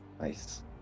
Nice